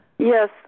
Yes